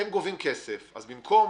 אתם גובים כסף, אז במקום